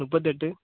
முப்பத்தெட்டு